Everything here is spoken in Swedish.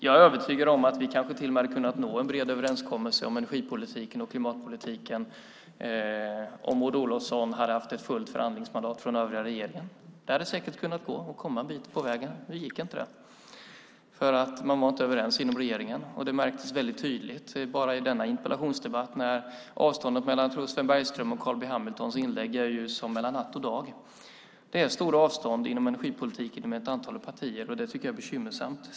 Jag är övertygad om att vi hade kunnat nå en bred överenskommelse om energipolitiken och klimatpolitiken om Maud Olofsson hade haft fullt förhandlingsmandat från övriga regeringen. Vi hade säkert kunna komma en bit på väg i alla fall. Nu gick det inte eftersom man inte var överens i regeringen, vilket märktes tydligt. Bara i denna interpellationsdebatt är skillnaden mellan Sven Bergströms och Carl B Hamiltons inlägg som den mellan natt och dag. Det är stora avstånd inom energipolitiken med ett antal partier. Det tycker jag är bekymmersamt.